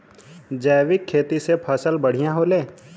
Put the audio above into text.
जैविक खेती से फसल बढ़िया होले